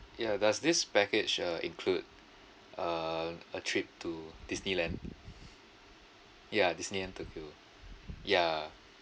ya does this package uh include uh a trip to disneyland ya disneyland tokyo ya